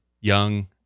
young